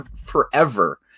forever